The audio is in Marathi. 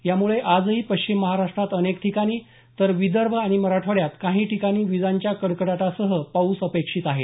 यामुळे आजही पश्चिम महाराष्टात अनेक ठिकाणी तर विदर्भ आणि मराठवाड्यात काही ठिकाणी विजांच्या कडकडाटासह पाऊस अपेक्षित आहे